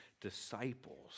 disciples